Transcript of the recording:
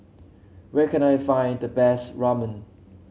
where can I find the best Ramen